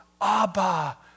Abba